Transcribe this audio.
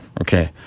Okay